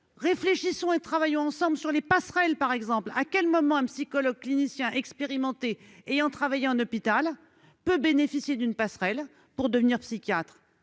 réfléchissons et travaillons ensemble sur les passerelles, par exemple, à quel moment un psychologue clinicien expérimenté ayant travaillé en hôpital peut bénéficier d'une passerelle pour devenir psychiatre